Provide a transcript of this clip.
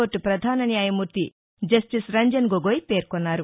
court పధాన న్యాయమూర్తి justice Ranjan Gogoi పేర్కొన్నారు